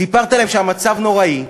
סיפרת להם שהמצב נוראי.